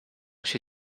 się